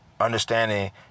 understanding